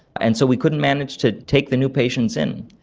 and so we couldn't manage to take the new patients in.